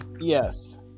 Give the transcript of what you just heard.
yes